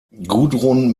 gudrun